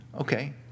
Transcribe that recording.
Okay